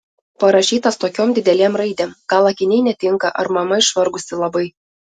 parašytas tokiom didelėm raidėm gal akiniai netinka ar mama išvargusi labai